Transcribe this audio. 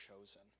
chosen